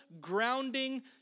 grounding